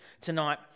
tonight